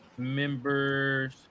Members